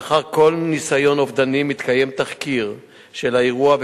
לאחר כל ניסיון אובדני מתקיים תחקיר של האירוע,